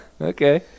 Okay